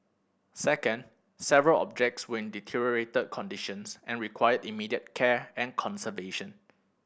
second several objects were in deteriorated conditions and required immediate care and conservation